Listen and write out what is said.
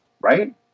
right